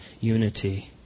unity